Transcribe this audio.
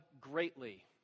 greatly